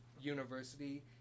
university